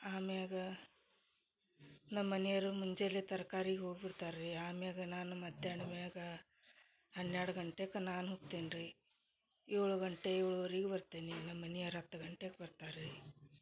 ಆಮ್ಯಾಗ ನಮ್ಮ ಮನೆಯವರು ಮುಂಜಾನೆ ತರ್ಕಾರಿಗ ಹೋಗ್ಬಿಡ್ತಾರೆ ರೀ ಆಮೇಗ ನಾನು ಮಧ್ಯಾಹ್ನ ಮೇಗ ಹನ್ನೆರಡು ಗಂಟೆಕ ನಾನು ಹೋಗ್ತಿನಿ ರೀ ಏಳು ಗಂಟೆ ಏಳುವರಿಗ ಬರ್ತೇನಿ ನಮ್ಮ ಮನೆಯರು ಹತ್ತು ಗಂಟೆಗ ಬರ್ತಾರೆ ರೀ